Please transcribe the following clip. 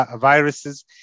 viruses